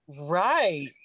right